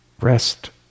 rest